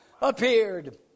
appeared